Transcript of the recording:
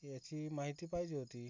याची माहिती पाहिजे होती